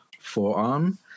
forearm